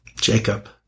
Jacob